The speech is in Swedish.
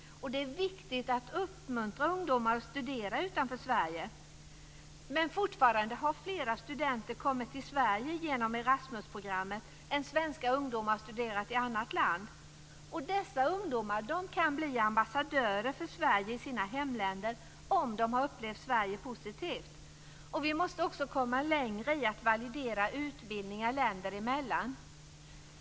Det är viktigt att uppmuntra ungdomar att studera utanför Sverige. Fortfarande har dock flera studenter kommit till Sverige genom Erasmusprogrammet än vad svenska ungdomar studerat i annat land. Dessa ungdomar kan bli ambassadörer för Sverige i sina hemländer om de har upplevt Sverige som positivt. Vi måste också komma längre i att validera utbildningar länder emellan.